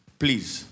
please